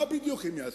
מה בדיוק הם יעשו?